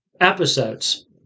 episodes